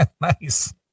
Nice